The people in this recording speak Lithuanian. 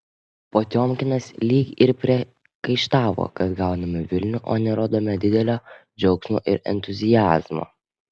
potiomkinas lyg ir priekaištavo kad gauname vilnių o nerodome didelio džiaugsmo ir entuziazmo